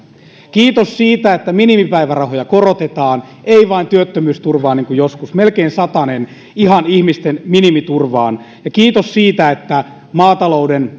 kiitos siitä että minimipäivärahoja korotetaan ei vain työttömyysturvaa niin kuin joskus melkein satanen ihan ihmisten minimiturvaan ja kiitos siitä että maatalouden